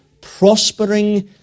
prospering